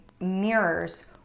mirrors